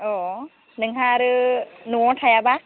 अ' नोंहा आरो न'वाव थायाबा